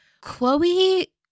Chloe